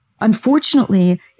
Unfortunately